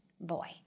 boy